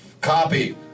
copy